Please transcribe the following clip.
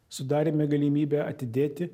sudarėme galimybę atidėti